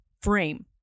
frame